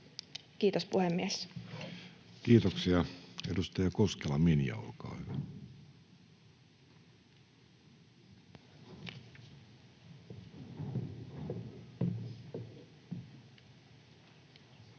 kirjoittamaan. Kiitoksia. — Edustaja Koskela, Minja, olkaa hyvä. Arvoisa